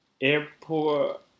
Airport